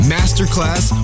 Masterclass